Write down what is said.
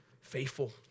faithful